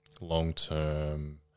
long-term